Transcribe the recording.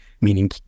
meaning